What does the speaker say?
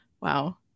wow